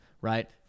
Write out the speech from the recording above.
right